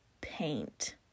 paint